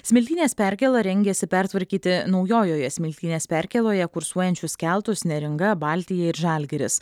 smiltynės perkėla rengiasi pertvarkyti naujojoje smiltynės perkėloje kursuojančius keltus neringa baltija ir žalgiris